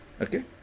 Okay